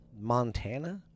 Montana